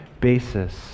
basis